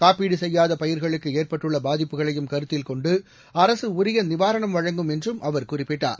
காப்பீடு செய்யாத பயிர்களுக்கு ஏற்பட்டுள்ள பாதிப்புகளையும் கருத்தில் கொண்டு அரசு உரிய நிவாரணம் வழங்கும் என்றும் அவர் குறிப்பிட்டார்